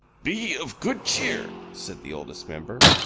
be of good cheer, said the oldest member.